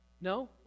No